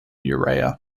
urea